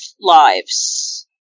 lives